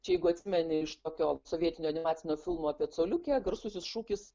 čia jeigu atsimeni iš tokio sovietinio animacinio filmo apie coliukę garsusis šūkis